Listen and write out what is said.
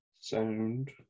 Sound